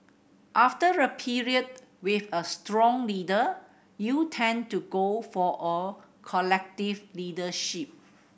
after a period with a strong leader you tend to go for a collective leadership